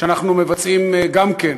שאנחנו מבצעים גם כן,